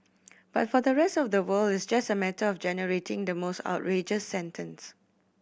but for the rest of the world it's just a matter of generating the most outrageous sentence